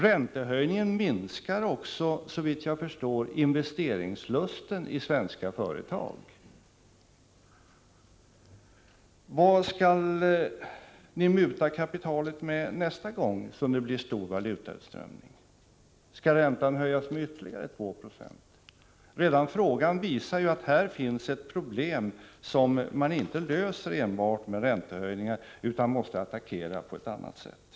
Räntehöjningen minskar också, såvitt jag förstår, investeringslusten i svenska företag. Vad skall ni muta kapitalet med nästa gång det blir en stor valutautströmning? Skall räntan höjas med ytterligare 2 90? Redan frågan visar att här finns ett problem som man inte löser enbart med räntehöjningar utan måste attackera på annat sätt.